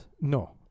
No